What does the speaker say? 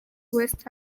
west